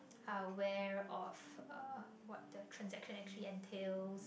are aware of uh what the transaction actually entails